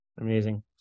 Amazing